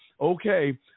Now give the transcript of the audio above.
okay